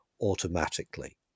automatically